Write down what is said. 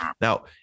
Now